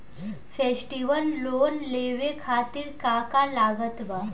Festival loan लेवे खातिर का का लागत बा?